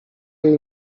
jej